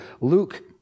Luke